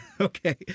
Okay